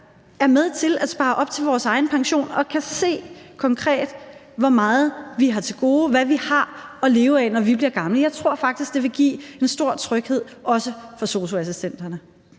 er med til at spare op til sin egen pension og konkret kan se, hvor meget man har til gode, og hvad man har at leve af, når man bliver gammel. Jeg tror faktisk, at det vil give en stor tryghed, også for sosu-assistenterne.